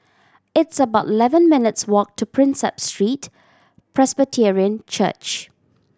it's about eleven minutes' walk to Prinsep Street Presbyterian Church